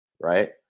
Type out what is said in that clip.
right